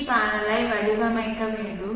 we பேனலை வடிவமைக்க வேண்டும்